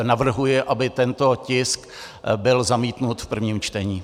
Navrhuji, aby tento tisk byl zamítnut v prvním čtení.